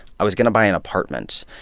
i was going to buy an apartment,